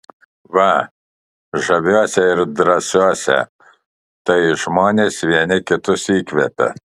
va žaviuose ir drąsiuose tai žmonės vieni kitus įkvepia